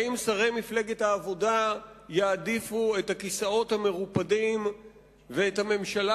האם שרי מפלגת העבודה יעדיפו את הכיסאות המרופדים ואת הממשלה